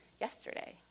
yesterday